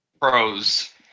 Pros